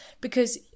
Because-